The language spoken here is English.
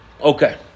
Okay